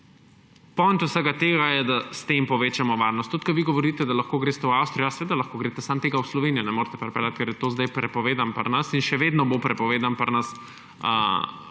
Point vsega tega je, da s tem povečamo varnost. Tudi ko vi govorite, da lahko greste v Avstrijo. Ja, seveda lahko greste, samo tega v Slovenijo ne morete pripeljati, ker je to zdaj prepovedano pri nas. In še vedno bo prepovedano pri nas